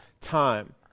time